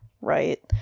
right